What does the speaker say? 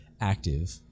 active